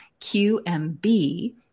QMB